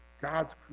God's